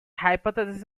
hypotheses